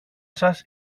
σας